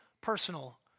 personal